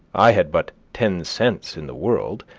i had but ten cents in the world,